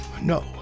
No